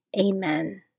Amen